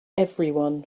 everyone